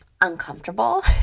uncomfortable